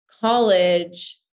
college